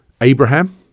Abraham